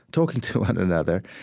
talking to one another.